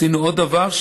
עשינו עוד דבר: